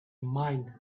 mind